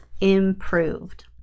improved